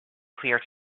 clear